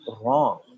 wrong